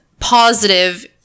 positive